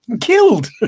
killed